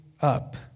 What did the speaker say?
up